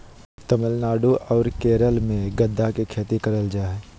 तमिलनाडु आर केरल मे गदा के खेती करल जा हय